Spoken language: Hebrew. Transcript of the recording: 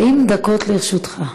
40 דקות לרשותך.